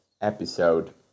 episode